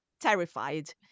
terrified